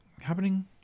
happening